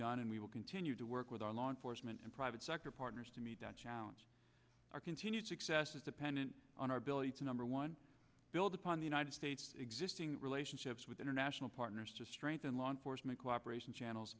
done and we will continue to work with our law enforcement and private sector partners to meet that challenge our continued success is dependent on our ability to number one build upon the united states existing relationships with international partners to strengthen law enforcement cooperation channels